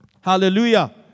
Hallelujah